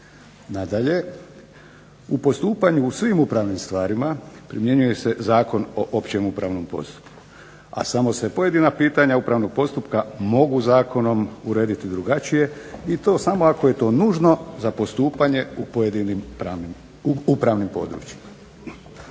Nadalje, u postupanju u svim upravnim stvarima primjenjuje se Zakon o općem upravnom postupku, a samo se pojedina pitanja upravnog postupka mogu zakonom urediti drugačije i to samo ako je to nužno za postupanje u pojedinim upravnim područjima.